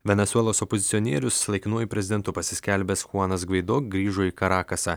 venesuelos opozicionierius laikinuoju prezidentu pasiskelbęs chuanas gvaido grįžo į karakasą